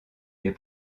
les